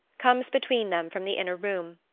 comes between them from the inner room.